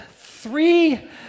three